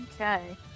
Okay